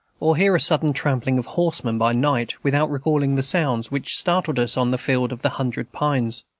or hear a sudden trampling of horsemen by night without recalling the sounds which startled us on the field of the hundred pines.